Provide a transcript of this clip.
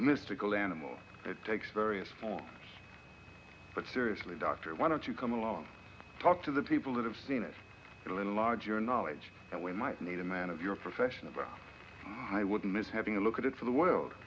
mystical animal that takes various forms but seriously dr why don't you come along talk to the people who have seen it all in larger knowledge and we might need a man of your profession but i wouldn't miss having a look at it for the world